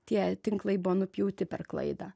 tie tinklai buvo nupjauti per klaidą